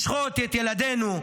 לשחוט את ילדינו,